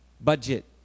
budget